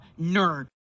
nerd